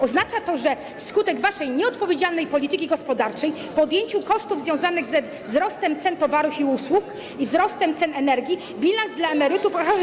Oznacza to, że wskutek waszej nieodpowiedzialnej polityki gospodarczej po odjęciu kosztów związanych ze wzrostem cen towarów i usług i wzrostem cen energii bilans dla emerytów okaże się.